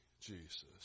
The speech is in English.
Jesus